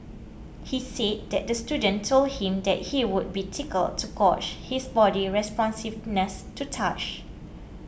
he said that the student told him that he would be tickled to gauge his body's responsiveness to touch